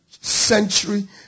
century